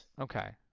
Okay